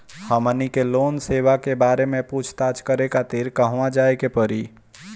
हमनी के लोन सेबा के बारे में पूछताछ करे खातिर कहवा जाए के पड़ी?